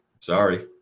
Sorry